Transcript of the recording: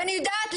ואני יודעת,